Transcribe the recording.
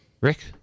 Rick